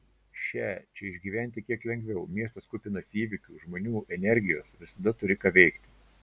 šią čia išgyventi kiek lengviau miestas kupinas įvykių žmonių energijos visada turi ką veikti